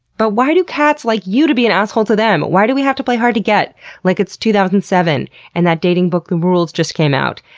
but, why do cats like you to be an asshole to them? why do we have to play hard to get like it's two thousand and seven and that dating book the rules just came out,